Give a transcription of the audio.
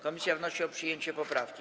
Komisja wnosi o przyjęcie poprawki.